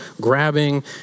grabbing